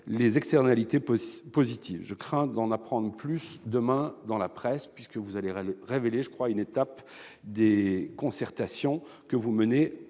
les externalités positives. Je crains d'en apprendre plus demain dans la presse, puisque vous allez révéler, je crois, une étape des concertations menées